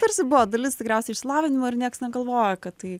tarsi buvo dalis tikriausiai išsilavinimo ir nieks negalvojo kad tai